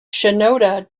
shinoda